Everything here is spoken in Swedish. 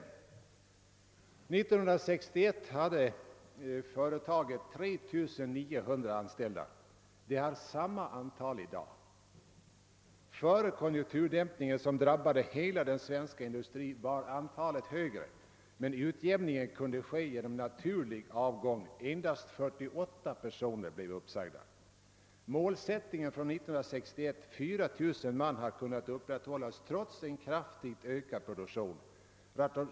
år 1961 hade företaget 3 900 anställda. Det har samma antal i dag. Före konjunkturdämpningen, som drabbade hela den svenska industrin, var antalet högre. Utjämningen kunde ske genom naturlig avgång. Endast 48 personer blev uppsagda. — har kunnat upprätthållas trots en kraftigt ökad produktion.